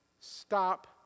stop